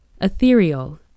ethereal